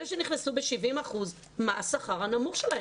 אלה שנכנסו ב-70% מה השכר שלהם,